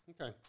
Okay